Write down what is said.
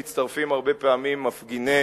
מצטרפים הרבה פעמים מפגיני